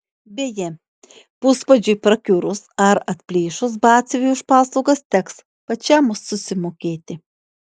beje puspadžiui prakiurus ar atplyšus batsiuviui už paslaugas teks pačiam susimokėti